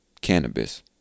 cannabis